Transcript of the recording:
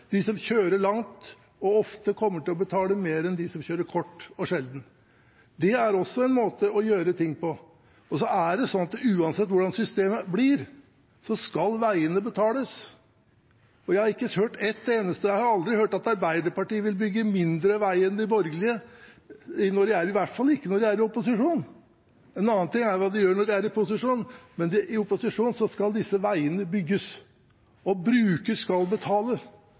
De som kjører langt og ofte, kommer til å betale mer enn dem som kjører kort og sjelden. Det er også en måte å gjøre ting på. Uansett hvordan systemet blir, skal veiene betales. Jeg har aldri hørt at Arbeiderpartiet vil bygge mindre vei enn de borgerlige, i hvert fall ikke når de er i opposisjon. En annen ting er hva de gjør når de er i posisjon, men i opposisjon skal disse veiene bygges, og brukerne skal betale.